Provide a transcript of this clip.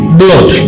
blood